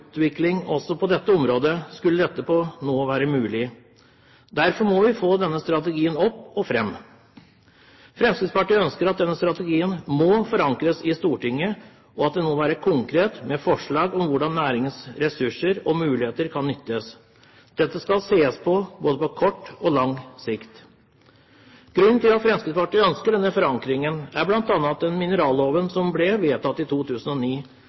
utvikling også på dette området skulle dette nå være mulig. Derfor må vi få denne strategien opp og fram. Fremskrittspartiet ønsker at denne strategien forankres i Stortinget, og at den må være konkret, med forslag om hvordan næringens ressurser og muligheter kan nyttes. Dette skal ses på både på kort og lang sikt. Grunnen til at Fremskrittspartiet ønsker denne forankringen, er bl.a. den at den mineralloven som ble vedtatt i 2009,